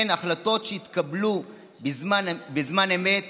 כן, החלטות שהתקבלו בזמן אמת